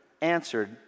answered